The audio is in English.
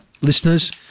listeners